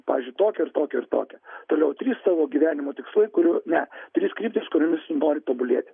pavyzdžiui tokią ir tokią ir tokią toliau trys savo gyvenimo tikslai kurių ne trys kryptys kuriomis nori tobulėti